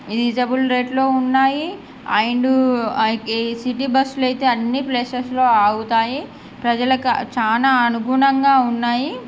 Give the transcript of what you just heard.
reasonable రేట్లో ఉన్నాయి and ఈ సిటీ బస్సులు అయితే అన్ని ప్లేసెస్లో ఆగుతాయి ప్రజలకు చాలా అనుగుణంగా ఉన్నాయి